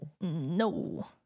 no